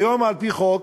היום, על-פי חוק,